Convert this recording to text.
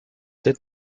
did